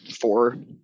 four